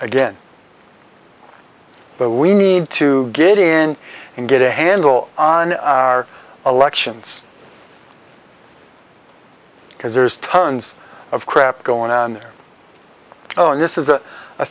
again but we need to get in and get a handle on our elections because there's tons of crap going on their own this is a